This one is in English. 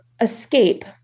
escape